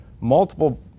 multiple